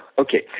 Okay